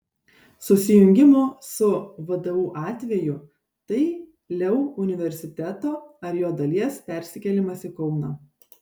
susijungimo su vdu atveju tai leu universiteto ar jo dalies persikėlimas į kauną